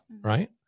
Right